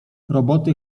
roboty